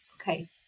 Okay